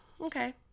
okay